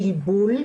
בלבול,